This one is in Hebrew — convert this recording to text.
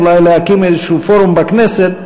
אולי להקים איזשהו פורום בכנסת,